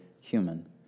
human